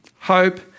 Hope